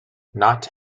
not